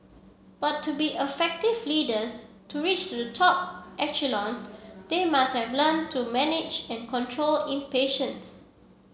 but to be effective leaders to reach the top echelons they must learn to manage and control in impatience